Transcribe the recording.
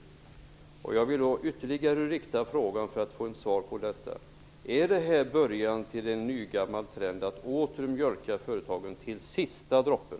Jag vill ställa min fråga ytterligare en gång för att få ett svar på den: Är det här början till en nygammal trend att åter mjölka företagen till sista droppen?